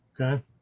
okay